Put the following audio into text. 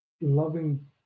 loving